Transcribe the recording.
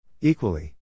Equally